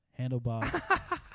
handlebar